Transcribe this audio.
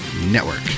Network